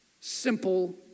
simple